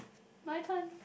my turn